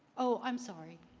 oh, i'm sorry.